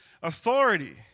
authority